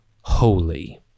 holy